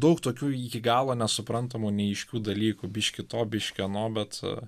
daug tokių iki galo nesuprantamų neaiškių dalykų biški to biški ano bet